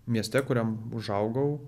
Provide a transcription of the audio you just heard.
mieste kuriam užaugau